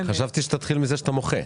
חשבתי שתתחיל מזה שאתה מוחה.